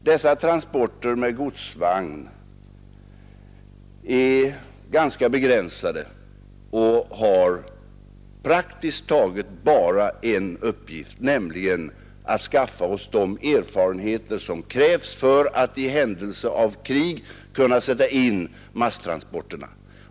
Dessa transporter med godsvagn är ganska begränsade och har praktiskt taget bara en uppgift, nämligen att ge oss de erfarenheter som krävs för att vi i händelse av krig skall kunna sätta in masstransporterna.